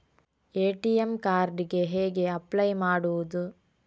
ATM card ಗೆ ಹೇಗೆ apply ಮಾಡುವುದು?